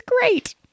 great